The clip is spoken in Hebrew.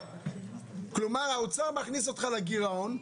כלומר האוצר מכניס אותך לגירעון,